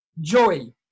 joy